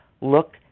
look